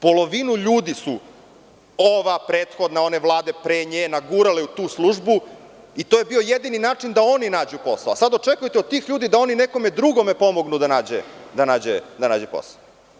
Polovinu ljudi su ova, prethodna, one vlade pre nje, nagurali u tu službu i to je bio jedini način da oni nađu posao, a sada očekujete od tih ljudi da oni nekome drugome pomognu da nađe posao.